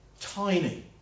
Tiny